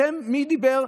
אתם, מי דיבר?